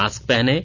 mask पहनें